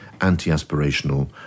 anti-aspirational